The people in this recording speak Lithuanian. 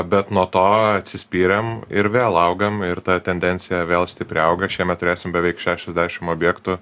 bet nuo to atsispyrėm ir vėl augam ir ta tendencija vėl stipriai auga šiemet turėsim beveik šešiasdešim objektų